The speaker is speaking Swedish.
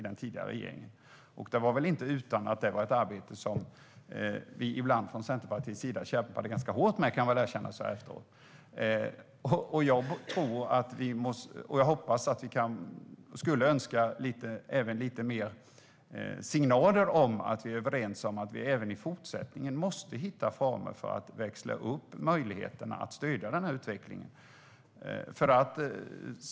Så här efteråt kan jag erkänna att det inte var utan att Centerpartiet fick kämpa ganska hårt för det ibland. Jag skulle önska fler signaler om att vi är överens om att vi även i fortsättningen måste hitta former för att växla upp möjligheten att stödja denna utveckling.